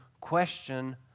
question